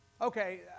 okay